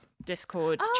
discord